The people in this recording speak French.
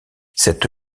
cette